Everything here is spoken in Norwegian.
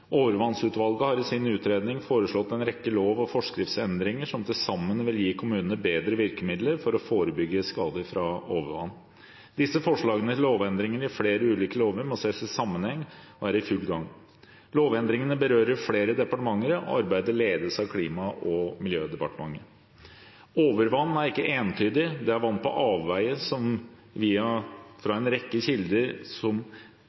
Overvannsutvalget har i sin utredning foreslått en rekke lov- og forskriftsendringer som til sammen vil gi kommunene bedre virkemidler for å forebygge skader fra overvann. Disse forslagene til lovendringer i flere ulike lover må ses i sammenheng og er i full gang. Lovendringene berører flere departementer, og arbeidet ledes av Klima- og miljødepartementet. Overvann er ikke entydig. Det er vann på avveier fra en rekke kilder og har ulike årsaker. Forslagene fra